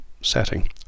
setting